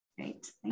Great